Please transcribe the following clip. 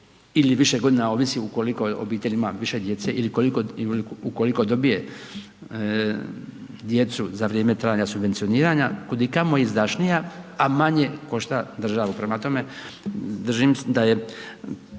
ili više godina ovisi ukoliko u obitelji ima više djece ili ukoliko dobije djecu za vrijeme trajanja subvencioniranja, kudikamo izdašnija a manje košta državu. Prema tome, držim da je